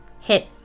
hit